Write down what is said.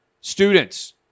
Students